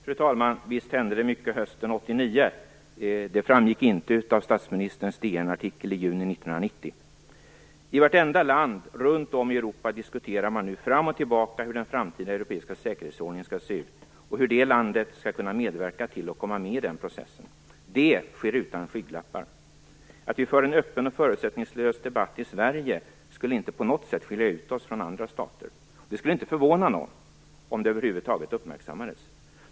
Fru talman! Visst hände det mycket hösten 1989. Det framgick inte av statsministerns DN-artikel i juni I vartenda land runt om i Europa diskuterar man nu fram och tillbaka hur den framtida europeiska säkerhetsordningen skall se ut och hur man skall kunna medverka till och komma med i den processen. Det sker utan skygglappar. Om vi för en öppen och förutsättningslös debatt i Sverige skulle det inte på något sätt skilja ut oss från andra stater. Det skulle inte förvåna någon - om det över huvud taget uppmärksammades.